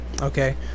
okay